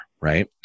right